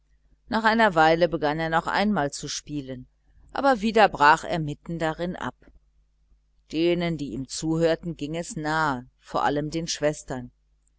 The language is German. nach einer weile begann er noch einmal zu spielen aber wieder brach er mitten darin ab denen die ihm zuhörten ging es nahe vor allem den schwestern